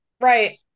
Right